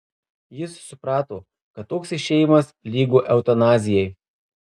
jis suprato kad toks išėjimas lygu eutanazijai